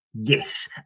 Yes